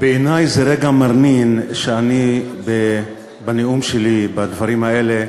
בעיני זה רגע מרנין שאני, בנאום שלי, בדברים האלה,